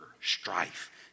strife